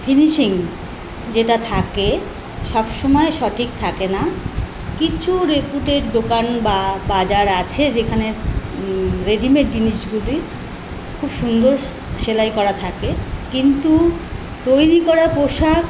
finishing যেটা থাকে সব সময় সঠিক থাকে না কিছু রেপুটেড দোকান বা বাজার আছে যেখানে রেডিমেড জিনিসগুলি খুব সুন্দর সেলাই করা থাকে কিন্তু তৈরি করা পোশাক